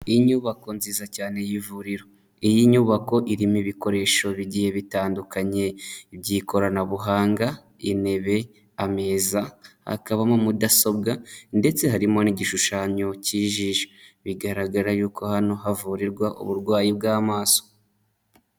Inyubako nziza cyane y'ivuriro iyi nyubako irimo ibikoresho bigiye bitandukanye by'ikoranabuhanga intebe, ameza, hakabamo mudasobwa ndetse harimo n'igishushanyo cy'ijisho, bigaragara y'uko hano havurirwa uburwayi bw'amaso.